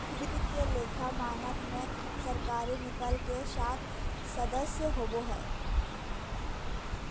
वित्तीय लेखा मानक में सरकारी निकाय के सात सदस्य होबा हइ